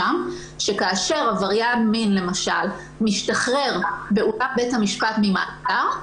שכאשר עבריין מין למשל משתחרר באולם בית המשפט ממאסר,